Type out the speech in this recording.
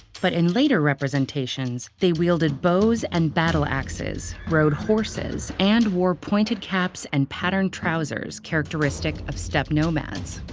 but in later representations, they wielded bows and battle-axes, rode horses, and wore pointed caps and patterned trousers characteristic of steppe nomads.